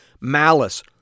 malice